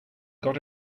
got